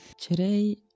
Today